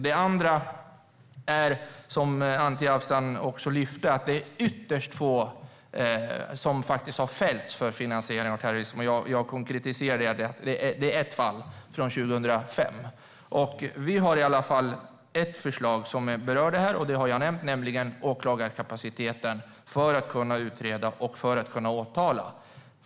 Åtgärdsplan för förstärkning av kampen mot finan-siering av terrorism Som Anti Avsan lyfte upp är det ytterst få som har fällts för finansiering av terrorism. Jag konkretiserade det, ett enda fall från 2005. Vi har ett förslag som berör detta, som jag har nämnt, nämligen åklagarkapaciteten för att kunna utreda och åtala.